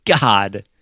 God